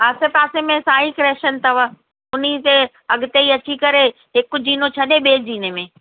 आसे पासे में साईं कलेक्शन अथव उन्हीअ जे अॻिते ई अची करे हिक जीनो छॾे ॿिए जीने में